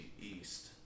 East